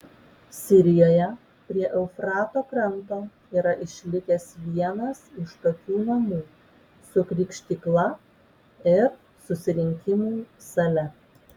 sirijoje prie eufrato kranto yra išlikęs vienas iš tokių namų su krikštykla ir susirinkimų sale